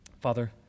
Father